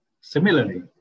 Similarly